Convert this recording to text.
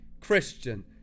Christian